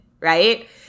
right